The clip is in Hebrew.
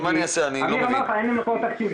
אמיר אמר לך: אין לי מקור תקציבי.